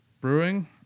brewing